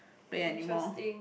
play anymore